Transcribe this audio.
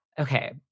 Okay